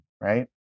right